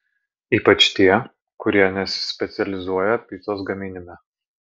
ypač tie kurie nesispecializuoja picos gaminime